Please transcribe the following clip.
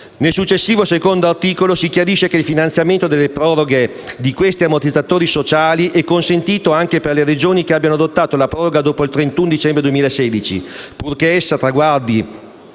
Nel successivo secondo articolo si chiarisce che il finanziamento delle proroghe di questi ammortizzatori sociali è consentito anche per le Regioni che abbiano adottato la proroga dopo il 31 dicembre 2016, purché essa riguardi